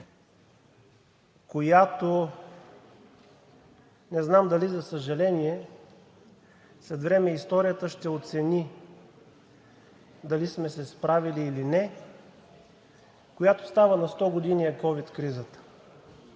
която не знам, за съжаление, дали след време историята ще оцени дали сме се справили или не, която става на 100 години, е ковид кризата.